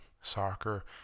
soccer